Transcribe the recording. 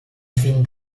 fin